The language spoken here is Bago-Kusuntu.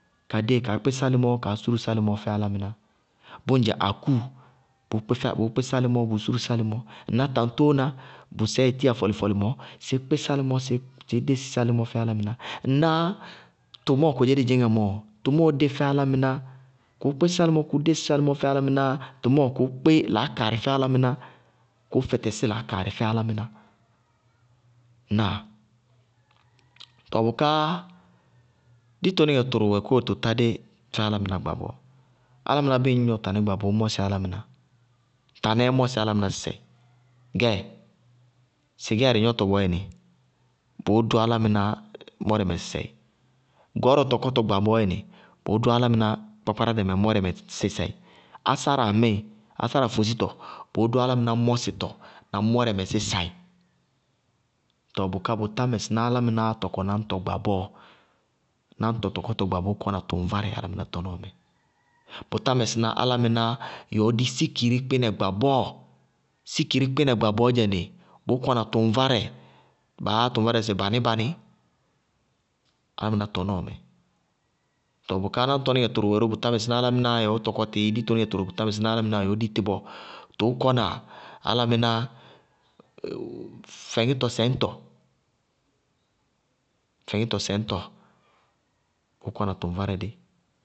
Kadée kaá kpí sálɩmɔ, kaá súrú sálɩmɔ fɛ álámɩná, bʋŋdzɛ akúu, bʋʋ kpí sálɩmɔ bʋʋ kpína sálɩmɔ, ŋná taŋtóóna bʋ sɛɛɛ tíyá fɔlɩfɔlɩ mɔɔ, sɩí kpí sálɩmɔ dɩí sísí sálɩmɔ fɛ álámɩná. Ŋná tʋmɔɔ kodzémɔ dí dzɩñŋá mɔɔ, tɔmɔɔ dé fɛ álámɩná, kʋʋ kpí sálɩmɔ, kʋʋ dési sálɩmɔ fɛ álámɩná, tʋmɔɔ kʋʋ kpí laákaarɩ fɛ álámɩná, kʋʋ fɛtɛsí laákaarɩ fɛ álámɩná, ŋnáa? Tɔɔ bʋká ditonɩŋɛ tʋrʋ wɛ kóo tʋ tádé fɛ álámɩná gba bɔɔ. Álámɩná bíɩ ŋñ gnɔ tanɛ gba, bʋʋ mɔsɩ álámɩná, tanɛɛ mɔsɩ álámɩná, tanɛɛ mɔɛsɩ álámɩná sɩsɛɩ, gɛ sɩgɛɛrɩ gnɔtɔ bɔɔyɛnɩ, bʋʋ dʋ álámɩná mɔɛrɛ mɛ sɩsɛɩ, gɔɔrɔ tɔkɔtɔɔ gba bɔɔyɛnɩ, bʋʋ dʋ álámɩná kpákpárádɛ mɔɛrɛ mɛ sɩsɛɩ, ására ŋmɩɩ bʋʋ dʋ álámɩná mɔɛsɩtɔ na bɔɛrɛ mɛ sɩsɛɩ. Tɔɔ bʋká bʋtá mɛsɩná álámɩnáá tɔkɔ náñtɔ gba bɔɔ. Nañtɔ tɔkɔtɔ gba bʋʋ kɔna tʋŋvárɛ álámɩná tɔnɔɔ mɛ. Bʋtá mɛsɩná álámɩnáá yɛ ɔɔ dí sikiri kpínɛ gba bɔɔ sikiri kɩínɛ gba bɔɔyɛnɩ, bʋʋ kɔna tʋŋvárɛ, baá yá tʋŋvárɛ dí sɩ baní-baní, álámɩná tɔnɔɔmɛ. Too bʋká náñtɔníŋɛ tʋrʋ bʋtá mɛsɩná álámɩnáá yɛ ɔɔ tɔkɔ tɩ bɔɔ, ditonɩŋɛ tʋrʋ wɛ bʋtá mɛsɩná álámɩnáá yɛ ɔɔ dí tɩ bɔɔ. Tʋʋ kɔna álámɩná fɛŋítɔ sɛñtɔ. Fɛŋítɔ sɛñtɔ, bʋʋ kɔna tʋŋvárɛ dí.